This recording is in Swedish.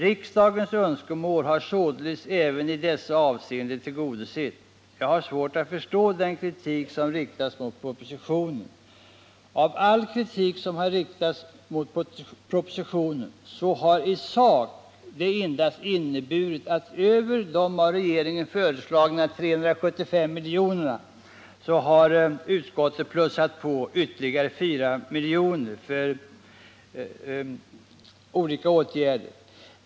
Riksdagens önskemål har således även i dessa avseenden tillgodosetts. Jag har svårt att förstå den kritik som har riktats mot propositionen. All kritik har i sak endast inneburit att utöver de 375 milj.kr. som regeringen har föreslagit i olika stödformer utskottet har plussat på med ytterligare 4 milj.kr. för olika åtgärder.